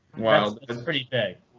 wow. that's pretty big.